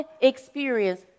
experience